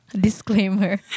Disclaimer